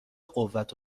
قوت